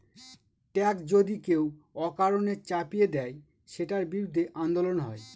tax যদি কেউ অকারণে চাপিয়ে দেয়, সেটার বিরুদ্ধে আন্দোলন হয়